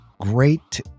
great